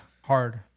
hard